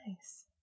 Nice